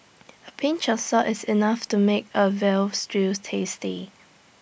A pinch of salt is enough to make A Veal Stew tasty